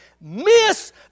miss